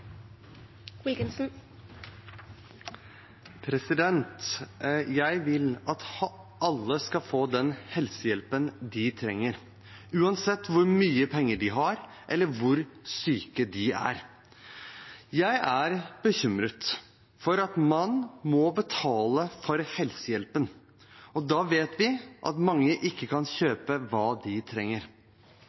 Jeg vil at alle skal få den helsehjelpen de trenger, uansett hvor mye penger de har, eller hvor syke de er. Jeg er bekymret for at man må betale for helsehjelpen, og da vet vi at mange ikke kan kjøpe hva de trenger.